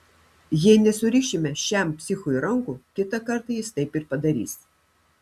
jei nesurišime šiam psichui rankų kitą kartą jis taip ir padarys